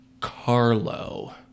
Carlo